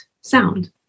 sound